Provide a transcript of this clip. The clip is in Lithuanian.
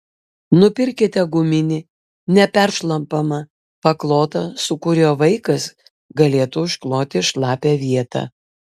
nupirkite guminį neperšlampamą paklotą su kuriuo vaikas galėtų užkloti šlapią vietą